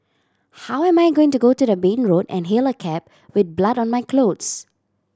how am I going to go to the main road and hail a cab with blood on my clothes